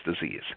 disease